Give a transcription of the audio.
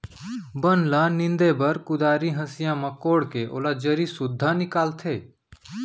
बन ल नींदे बर कुदारी, हँसिया म कोड़के ओला जरी सुद्धा निकालथें